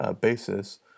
basis